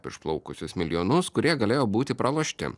išplaukusius milijonus kurie galėjo būti pralošti